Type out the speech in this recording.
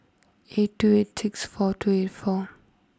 eight two eight six four two eight four